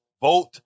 vote